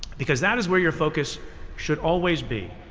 because that is where your focus should always be.